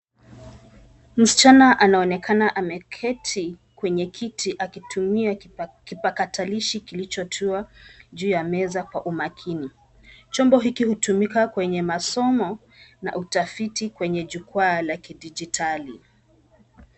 Msichana anaonekana ameketi kwenye kiti akitumia kipakatalishi kilichotua juu ya meza kwa umakini. Chombo hiki hutumika kwenye masomo na utafiti kwenye jukwaa la kidijitali.